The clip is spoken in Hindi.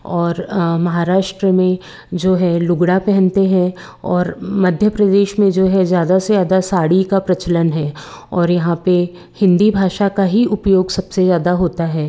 और महाराष्ट्र में जो है लुगड़ा पहनते हैं और मध्य प्रदेश में जो है ज़्यादा से ज़्यादा साड़ी का प्रचलन है और यहाँ पे हिंदी भाषा का ही उपयोग सबसे ज़्यादा होता है